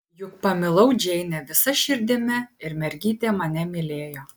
juk pamilau džeinę visa širdimi ir mergytė mane mylėjo